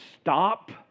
stop